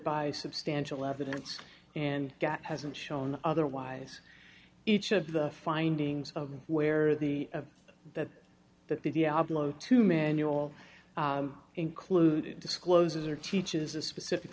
by substantial evidence and hasn't shown otherwise each of the findings of where the of that that the diablo two manual included discloses are teaches a specific